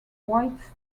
white